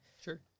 Sure